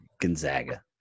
Gonzaga